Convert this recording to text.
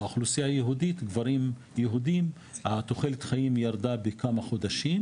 באוכלוסייה היהודית אצל גברים יהודים תוחלת החיים ירדה בכמה חודשים.